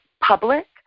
public